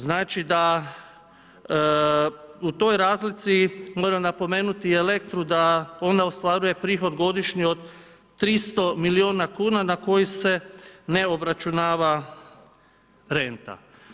Znači da u toj razlici moramo napomenuti i Elektru da ona ostvaruje prihod godišnje od 300 milijuna kuna na kojih se ne obračunava renta.